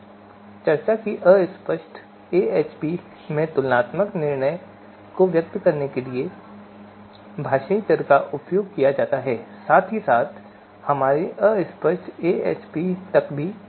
हमने चर्चा की कि अस्पष्ट एएचपी में तुलनात्मक निर्णयों को व्यक्त करने के लिए भाषाई चर का उपयोग किया जाता है और साथ ही साथ हमारे अस्पष्ट एएचपी तक भी